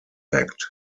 act